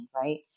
right